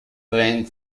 print